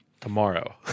tomorrow